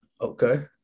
Okay